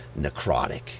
necrotic